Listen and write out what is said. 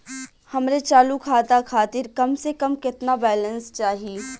हमरे चालू खाता खातिर कम से कम केतना बैलैंस चाही?